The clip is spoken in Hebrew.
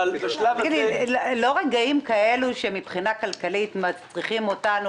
לא רגעים כאלו שמבחינה כלכלית מצריכים אותנו